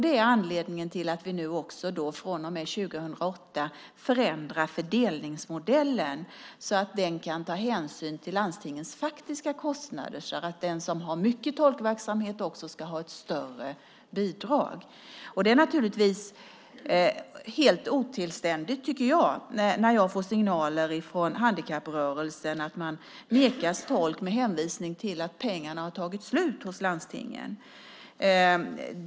Det är anledningen till att vi från och med 2008 förändrar fördelningsmodellen så att den tar hänsyn till landstingens faktiska kostnader. De som har mycket tolkverksamhet ska ha ett större bidrag. Det är naturligtvis helt otillständigt, tycker jag när jag får signaler från handikapprörelsen, att man nekas tolk med hänvisning till att pengarna har tagit slut hos landstingen.